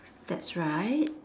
that's right